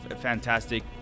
fantastic